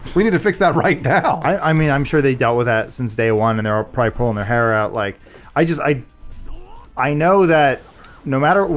we need to fix that right now i mean i'm sure they dealt with that since day one and they're ah probably pulling their hair out like i just i i know that no matter well.